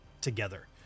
together